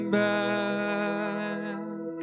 back